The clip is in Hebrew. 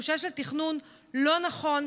תחושה של תכנון לא נכון,